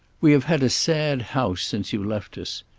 we have had a sad house since you left us.